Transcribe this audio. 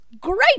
great